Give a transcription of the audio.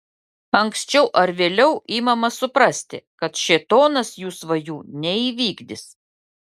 anksčiau ar vėliau imama suprasti kad šėtonas jų svajų neįvykdys